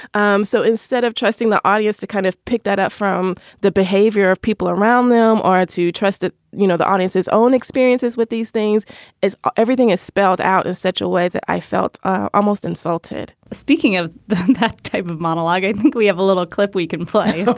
um so instead of trusting the audience to kind of pick that up from the behavior of people around them or to trust it, you know, the audience, his own experiences with these things is everything is spelled out in such a way that i felt almost insulted speaking of that type of monologue, i think we have a little clip we can play